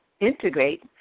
integrate